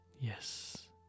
Yes